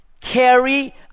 carry